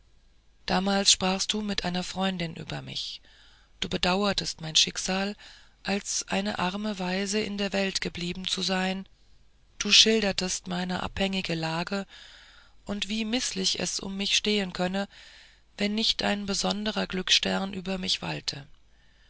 damals sprachst du mit einer freundin über mich du bedauertest mein schicksal als eine arme waise in der welt geblieben zu sein du schildertest meine abhängige lage und wie mißlich es um mich stehen könne wenn nicht ein besondrer glücksstern über mich walte